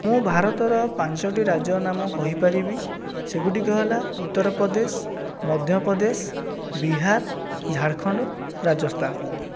ମୁଁ ଭାରତର ପାଞ୍ଚଟି ରାଜ୍ୟର ନାମ କହିପାରିବି ସେଗୁଡ଼ିକ ହେଲା ଉତ୍ତରପ୍ରଦେଶ ମଧ୍ୟପ୍ରଦେଶ ବିହାର ଝାଡ଼ଖଣ୍ଡ ରାଜସ୍ଥାନ